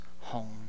home